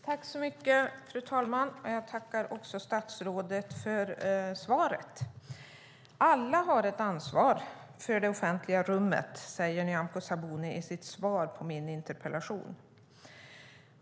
Fru talman! Jag tackar statsrådet för svaret! Alla har ett ansvar för det offentliga rummet, säger Nyamko Sabuni i sitt svar på min interpellation.